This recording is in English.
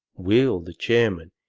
will, the chairman,